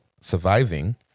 surviving